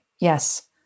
Yes